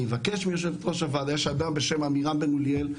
אני אבקש מיושבת-ראש הוועדה יש אדם בשם עמירם בן אוליאל,